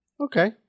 okay